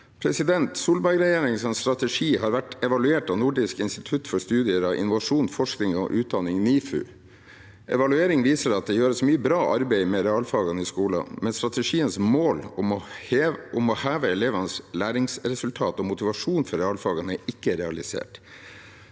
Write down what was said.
realfagene. Solberg-regjeringens strategi har vært evaluert av Nordisk institutt for studier av innovasjon, forskning og utdanning, NIFU. Evalueringen viser at det gjøres mye bra arbeid med realfagene i skolene, men strategiens mål om å heve elevenes læringsresultat og motivasjon for realfagene er ikke realisert.